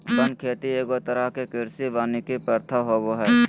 वन खेती एगो तरह के कृषि वानिकी प्रथा होबो हइ